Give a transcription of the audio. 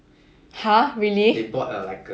!huh! really